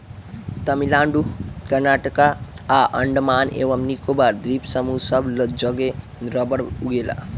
तमिलनाडु कर्नाटक आ अंडमान एवं निकोबार द्वीप समूह सब जगे रबड़ उगेला